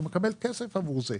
הוא מקבל כסף עבור זה,